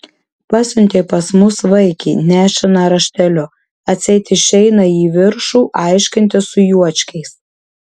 pasiuntė pas mus vaikį nešiną rašteliu atseit išeina į viršų aiškintis su juočkiais